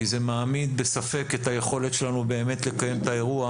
כי זה מעמיד בספק את היכולת שלנו באמת לקיים את האירוע